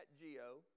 Geo